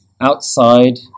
outside